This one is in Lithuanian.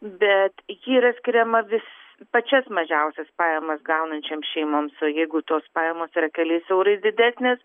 bet ji yra skiriama vis pačias mažiausias pajamas gaunančiom šeimoms o jeigu tos pajamos yra keliais eurais didesnės